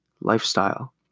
lifestyle